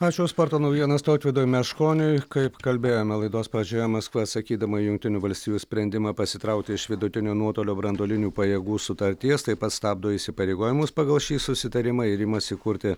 ačiū už sporto naujienas tautvydui meškoniui kaip kalbėjome laidos pradžioje maskva sakydama jungtinių valstijų sprendimą pasitraukti iš vidutinio nuotolio branduolinių pajėgų sutarties taip pat stabdo įsipareigojimus pagal šį susitarimą ir imasi kurti